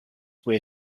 way